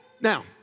Now